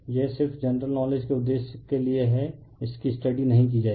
यह सिर्फ general knowledge के उद्देश्य के लिए है इसकी स्टडी नहीं की जाएगी